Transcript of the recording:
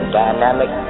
dynamic